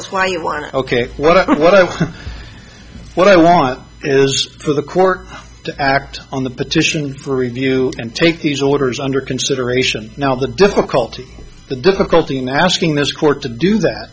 want ok what i i what what i want is for the court to act on the petition for review and take these orders under consideration now the difficulty the difficulty in asking this court to do that